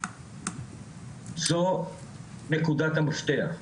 זו נקודת המפתח,